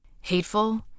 Hateful